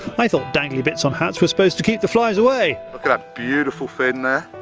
i thought dangly bits on hats were supposed to keep the flies away? look at that beautiful fin there.